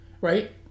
right